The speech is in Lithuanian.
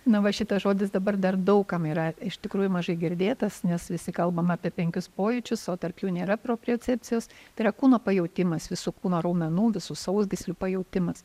na va šitas žodis dabar dar daug kam yra iš tikrųjų mažai girdėtas nes visi kalbam apie penkis pojūčius o tarp jų nėra propriocepcijos tai yra kūno pajautimas visu kūno raumenų visų sausgyslių pajautimas